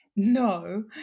no